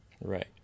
Right